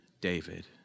David